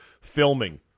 filming